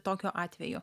tokiu atveju